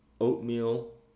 oatmeal